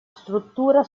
struttura